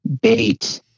bait